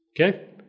okay